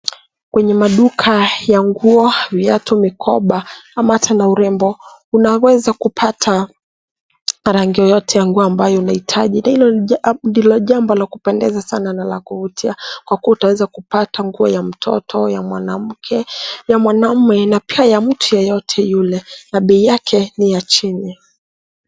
Kwenye maduka ya nguo, viatu, mikoba ama hata na urembo, unaweza kupata marangi yoyote ya nguo ambayo unahitaji, ndilo jambo la kupendeza sana na la kuvutia, kwa kuwa utaweza kupata nguo ya mtoto, ya mwanamke, ya mwanamume na pia ya mtu yeyote yule, na pia bei yake ni ya chini.